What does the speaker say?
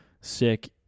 sick